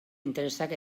interesak